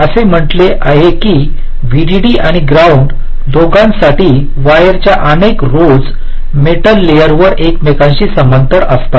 असे म्हटले आहे की व्हीडीडी आणि ग्राउंड दोघां साठी वायरच्या अनेक रोज मेटल लेयरवर एकमेकांशी समांतर असतात